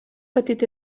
petit